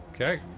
Okay